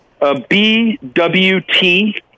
BWT